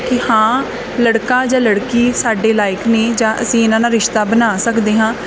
ਕਿ ਹਾਂ ਲੜਕਾ ਜਾਂ ਲੜਕੀ ਸਾਡੇ ਲਾਇਕ ਨੇ ਜਾਂ ਅਸੀਂ ਇਹਨਾਂ ਨਾਲ ਰਿਸ਼ਤਾ ਬਣਾ ਸਕਦੇ ਹਾਂ